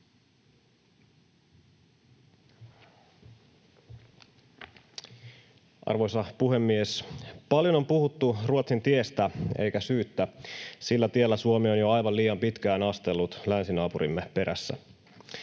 Arvoisa puhemies! Paljon on puhuttu Ruotsin tiestä eikä syyttä. Sillä tiellä Suomi on jo aivan liian pitkään astellut länsinaapurimme perässä.